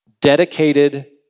dedicated